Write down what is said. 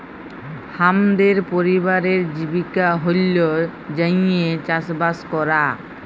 হামদের পরিবারের জীবিকা হল্য যাঁইয়ে চাসবাস করা